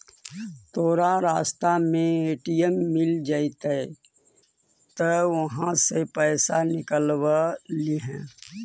तोरा रास्ता में ए.टी.एम मिलऽ जतउ त उहाँ से पइसा निकलव लिहे